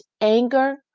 anger